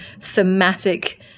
thematic